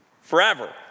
forever